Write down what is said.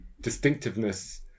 distinctiveness